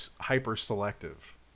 hyper-selective